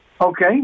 Okay